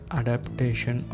adaptation